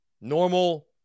normal